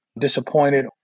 disappointed